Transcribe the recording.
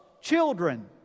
children